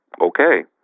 okay